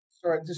Sorry